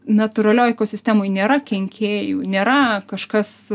natūralioj ekosistemoj nėra kenkėjų nėra kažkas